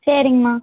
சரிங்கம்மா